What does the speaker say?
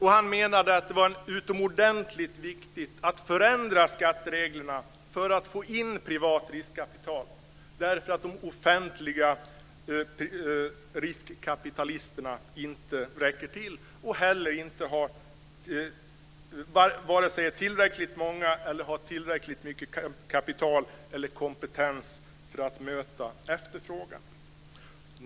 Han menade att det är utomordentligt viktigt att förändra skattereglerna för att få in privat riskkapital eftersom de offentliga riskkapitalägarna inte räcker till och inte vare sig är tillräckligt många eller har tillräckligt mycket kapital och kompetens för att möta efterfrågan.